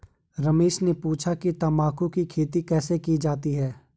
रमेश ने पूछा कि तंबाकू की खेती कैसे की जाती है?